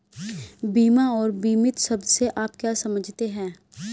बीमा और बीमित शब्द से आप क्या समझते हैं?